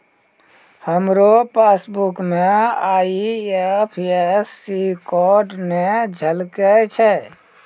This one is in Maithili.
हमरो पासबुक मे आई.एफ.एस.सी कोड नै झलकै छै